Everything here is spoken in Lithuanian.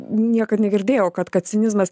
niekad negirdėjau kad kad cinizmas